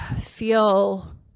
feel